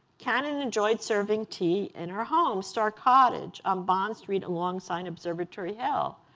cannon enjoyed serving tea in her home, star cottage on bond street alongside observatory hill.